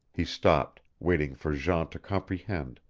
he stopped, waiting for jean to comprehend,